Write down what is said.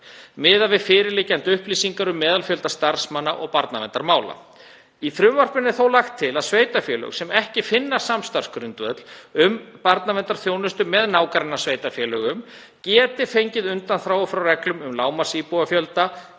miðað við fyrirliggjandi upplýsingar um meðalfjölda starfsmanna og barnaverndarmála. Í frumvarpinu er þó lagt til að sveitarfélög sem ekki finna samstarfsgrundvöll um barnaverndarþjónustu með nágrannasveitarfélögum geti fengið undanþágu frá reglum um lágmarksíbúafjölda